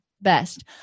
best